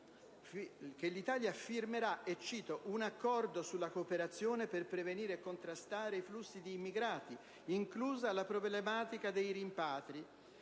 che avrebbe firmato «un accordo sulla cooperazione per prevenire e contrastare i flussi di immigrati, inclusa la problematica dei rimpatri»,